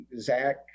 Zach